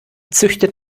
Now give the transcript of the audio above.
züchtet